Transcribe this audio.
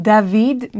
David